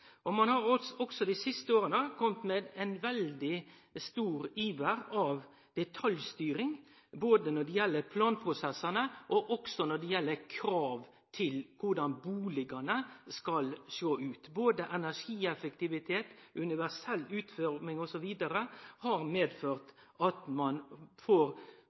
bustadbygging. Ein har dei siste åra også vist ein veldig stor iver etter detaljstyring, både når det gjeld planprosessane, og når det gjeld krav til korleis bustadane skal sjå ut. Krav til energieffektivitet, universell utforming osv., har medført at ein får